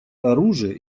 оружия